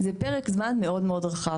כי זה פרק זמן מאוד מאוד רחב.